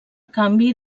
canvi